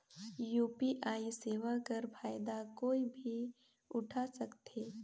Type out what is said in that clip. UPI सेवा कर फायदा कोई भी उठा सकथे?